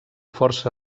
força